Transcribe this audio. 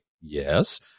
Yes